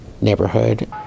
neighborhood